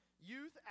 youth